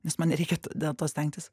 nes man nereikia dėl to stengtis